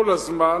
כל הזמן,